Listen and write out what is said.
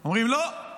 הם אומרים: לא,